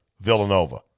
Villanova